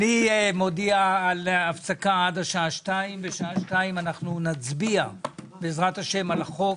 מודיע על הפסקה עד השעה 14:00. אנחנו נצביע בעזרת השם על החוק.